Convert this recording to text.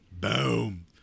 Boom